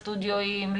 לסטודיואים,